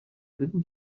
بگو